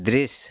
दृश्य